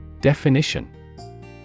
Definition